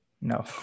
No